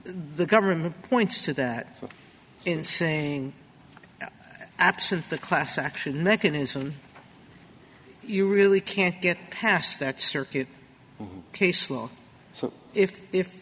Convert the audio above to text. the government points to that in saying absent the class action mechanism you really can't get past that circuit case law so if i